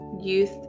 youth